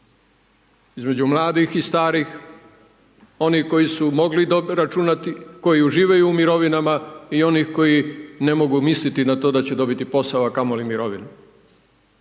između mladih i starih, onih koji su mogli računati, koji uživaju u mirovinama i onih koji ne mogu misliti na to da će dobiti posao a kamoli mirovinu.